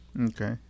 okay